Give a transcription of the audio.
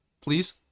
Please